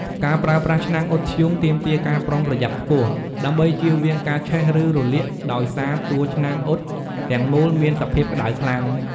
ការប្រើប្រាស់ឆ្នាំងអ៊ុតធ្យូងទាមទារការប្រុងប្រយ័ត្នខ្ពស់ ដើម្បីជៀសវាងការឆេះ ឬរលាក ដោយសារតួឆ្នាំងអ៊ុតទាំងមូលមានសភាពក្តៅខ្លាំង។